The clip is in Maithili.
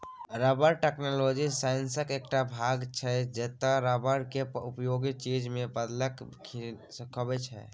रबर टैक्नोलॉजी साइंसक एकटा भाग छै जतय रबर केँ उपयोगी चीज मे बदलब सीखाबै छै